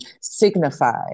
signify